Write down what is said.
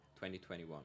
2021